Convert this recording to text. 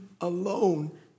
alone